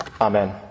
Amen